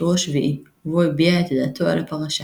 ב"טור השביעי", ובו הביע את דעתו על הפרשה.